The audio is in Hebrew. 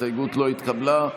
ההסתייגות לא התקבלה.